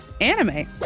anime